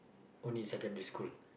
only secondary school